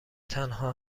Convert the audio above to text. تنها